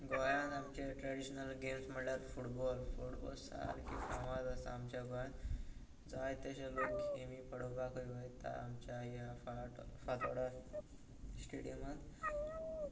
गोंयांत आमचे traditional games म्हणल्यार फुटबॉल फुटबॉल सारके फामाद आसा आमच्या गोंयांत जाय तशे लोक गेमी पळोवपाकय वता आमच्या ह्या फाट फातोर्डा स्टेडियमांत